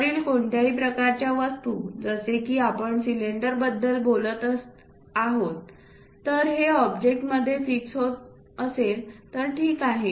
वरील कोणत्याही प्रकारच्या वस्तू जसे की आपण सिलेंडरबद्दल बोलत असाल तर हे ऑब्जेक्ट मध्ये फिक्स होत असेल तर ठीक आहे